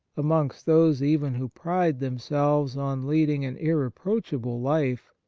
amongst those even who pride themselves on leading an irreproachable life,